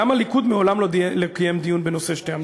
גם הליכוד מעולם לא קיים דיון בנושא שתי המדינות.